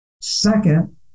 Second